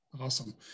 awesome